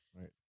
Right